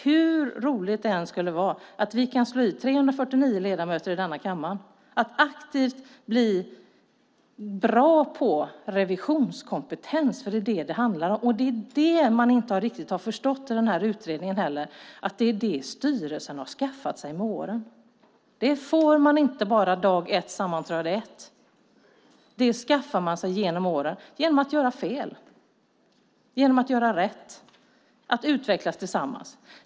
Hur roligt det än skulle vara tror inte jag att vi kan slå i 349 ledamöter i denna kammare att aktivt bli bra på revisionskompetens, för det är detta det handlar om. Det är det man inte riktigt har förstått i utredningen. Styrelsen har med åren skaffat sig kompetens. Det får man inte dag 1 och sammanträde 1, utan det skaffar man sig genom åren genom att göra fel och att göra rätt och genom att utvecklas tillsammans.